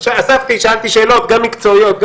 אספתי, שאלתי שאלות, גם מקצועיות.